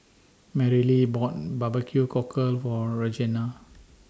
Marylee bought Barbecue Cockle For Regena